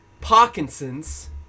Parkinson's